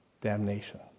damnation